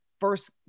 first